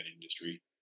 industry